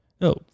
no